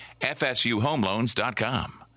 fsuhomeloans.com